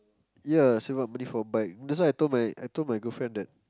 ya save up money for a bike that's why I told my I told my girlfriend that